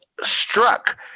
struck